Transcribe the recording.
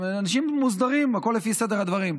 אנשים מוסדרים, הכול לפי סדר הדברים.